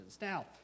Now